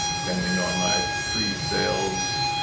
depending on my pre-sales,